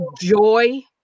joy